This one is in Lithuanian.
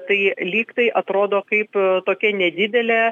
tai lyg tai atrodo kaip tokia nedidelė